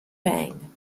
bang